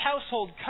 household